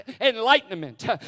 enlightenment